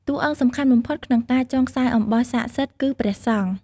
តួអង្គសំខាន់បំផុតក្នុងការចងខ្សែអំបោះស័ក្តិសិទ្ធិ គឺព្រះសង្ឃ។